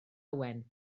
owen